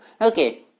Okay